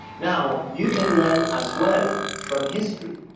now, you can learn as well from history.